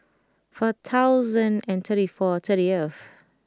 four thousand and thirty four thirtieth